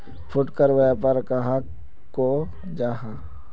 फुटकर व्यापार कहाक को जाहा?